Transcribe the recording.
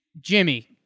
Jimmy